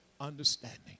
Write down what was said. understanding